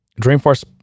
Dreamforce